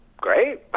great